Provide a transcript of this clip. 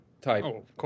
type